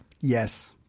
Yes